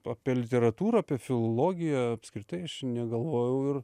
apie literatūrą apie filologiją apskritai aš negalvojau ir